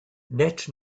net